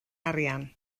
arian